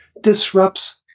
disrupts